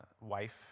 wife